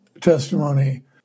testimony